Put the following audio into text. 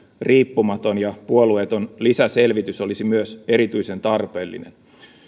riippumaton ja puolueeton lisäselvitys olisi myös erityisen tarpeellinen